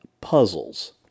puzzles